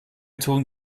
tun